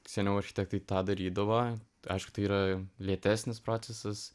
seniau architektai tą darydavo aišku tai yra lėtesnis procesas